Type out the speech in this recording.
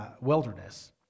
wilderness